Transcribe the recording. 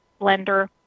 blender